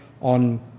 on